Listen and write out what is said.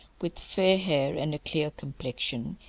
with fair hair and a clear complexion,